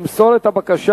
נתקבלה.